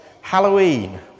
Halloween